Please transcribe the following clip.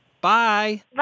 Bye